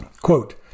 Quote